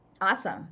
awesome